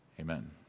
Amen